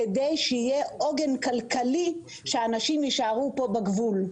כדי שיהיה עוגן כלכלי שאנשים יישארו פה בגבול.